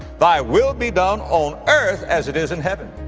thy will be done on earth as it is in heaven.